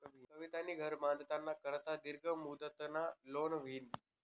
कवितानी घर बांधाना करता दीर्घ मुदतनं लोन ल्हिनं